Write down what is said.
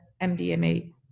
mdma